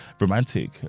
romantic